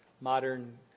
modern